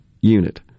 unit